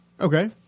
Okay